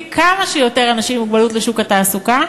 כמה שיותר אנשים עם מוגבלות לשוק התעסוקה.